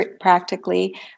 practically